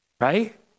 right